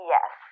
Yes